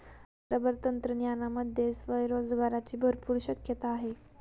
rubber तंत्रज्ञानामध्ये स्वयंरोजगाराची भरपूर शक्यता आहे